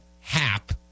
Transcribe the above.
Hap